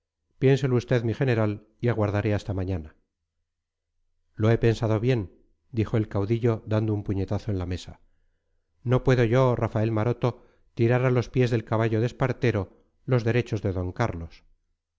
piénselo usted mi general y aguardaré hasta mañana lo he pensado bien dijo el caudillo dando un puñetazo en la mesa no puedo yo rafael maroto tirar a los pies del caballo de espartero los derechos de d carlos